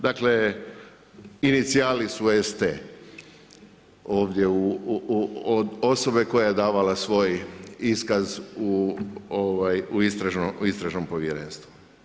Dakle, inicijali su S.T. ovdje osobe koja je davala svoj iskaz u istražnom povjerenstvu.